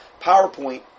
PowerPoint